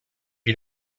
you